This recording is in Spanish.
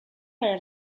para